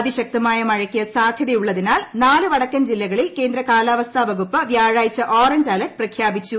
അതിശക്തമായ മഴയ്ക്ക് സാധൃതയുള്ളതിനാൽ നാലു വടക്കൻ ജില്ലകളിൽ കേന്ദ്ര കാലാവസ്ഥാ വകുപ്പ് വ്യാഴാഴ്ച ഓറഞ്ച് അലർട്ട് പ്രഖ്യാപിച്ചു